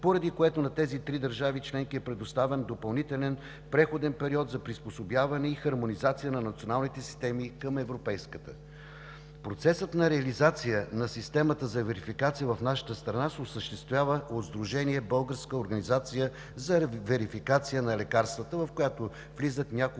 поради което на тези три държави членки е предоставен допълнителен преходен период за приспособяване и хармонизация на националните системи към европейската. Процесът на реализация на системата за верификация в нашата страна се осъществява от Сдружение „Българска организация за верификация на лекарствата“, в която влизат няколко